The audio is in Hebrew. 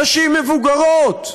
נשים מבוגרות.